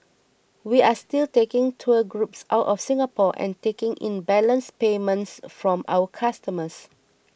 we are still taking tour groups out of Singapore and taking in balance payments from our customers